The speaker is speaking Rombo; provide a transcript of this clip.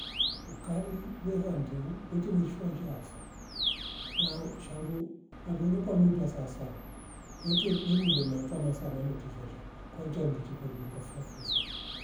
Ukari wera ndehu kwete wishi fonshavo na ushandu kwarulo kwanuta saasawa kwete mbwimbile metama saa nanu utishishwa kwa ncha ungichi kundi kuriko fyo- fyosepio